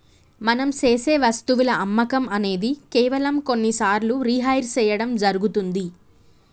మనం సేసె వస్తువుల అమ్మకం అనేది కేవలం కొన్ని సార్లు రిహైర్ సేయడం జరుగుతుంది